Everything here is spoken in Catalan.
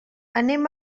anem